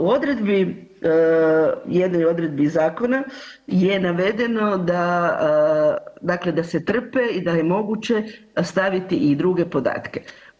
U odredbi, jednoj odredbi zakona je navedeno da, dakle da se trpe i da je moguće staviti i druge podatke.